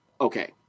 okay